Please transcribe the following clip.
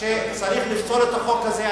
שצריך לפסול את החוק הזה.